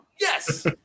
Yes